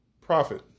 Profit